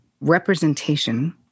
representation